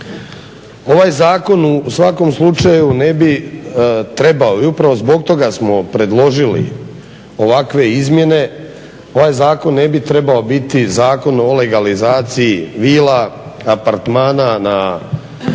Ovaj zakon u svakom slučaju ne bi trebao i upravo zbog toga smo predložili ovakve izmjene, ovaj zakon ne bi trebao biti zakon o legalizaciji vila, apartmana na